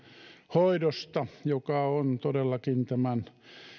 hoidosta joka on todellakin tämän